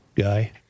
guy